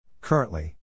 Currently